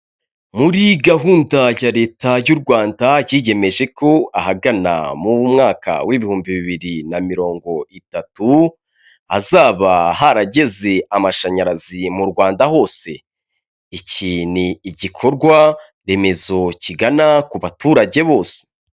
Muri gahunda ya leta y'u Rwanda cyiyemeje ko ahagana mu mwaka w'ibihumbi bibiri na mirongo itatu hazaba harageze amashanyarazi mu Rwanda hose, iki ni igikorwa remezo kigana ku baturage bose.